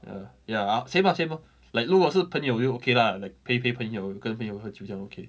ya ya same ah same lor like 如果是朋友就 okay lah like 陪陪朋友跟朋友喝酒这样 okay